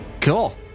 Cool